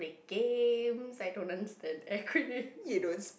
games I don't understand acronyms